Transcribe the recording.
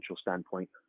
standpoint